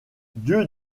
dieu